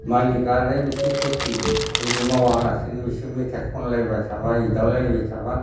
मालिका आरो खथि जुदि मावालासिनो बिसोर मेथाय खनलायबाय थाब्ला एदावलायबाय थाब्ला